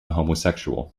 homosexual